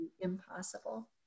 impossible